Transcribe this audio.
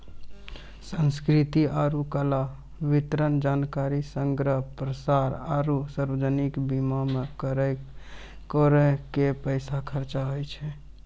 संस्कृति आरु कला, वितरण, जानकारी संग्रह, प्रसार आरु सार्वजनिक बीमा मे करो के पैसा खर्चा होय छै